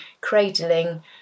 cradling